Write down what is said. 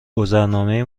گذرنامه